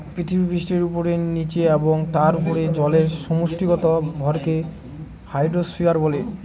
পৃথিবীপৃষ্ঠের উপরে, নীচে এবং তার উপরে জলের সমষ্টিগত ভরকে হাইড্রোস্ফিয়ার বলে